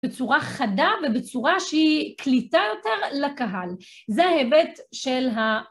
בצורה חדה ובצורה שהיא קליטה יותר לקהל. זה ההיבט של ה...